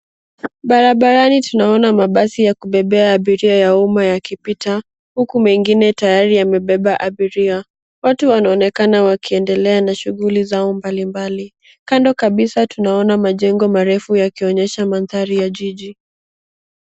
Barabarani tunaona mabasi ya kupepea abiria ya umma yakipita huku mengine tayari yamepepa abiria. Watu wanaonekana wakiendelea na shughuli zao mbali mbali. Kando kabisa tunaona majengo marefu yakionyesha maandhari ya jiji.